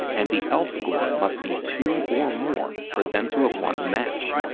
and the elf score must be two or more for them to have won the match.